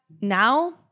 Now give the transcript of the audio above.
now –